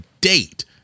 date